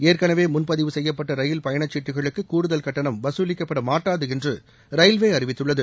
ஏற்கனவே முன்பதிவு செய்யப்பட்ட ரயில் பயணச்சீட்டுகளுக்கு கூடுதல் கட்டணம் வசூலிக்கப்பட மாட்டாது என்று ரயில்வே அறிவித்துள்ளது